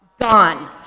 Gone